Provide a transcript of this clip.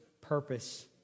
purpose